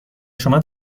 شما